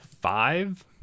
five